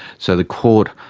so the court,